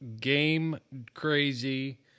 game-crazy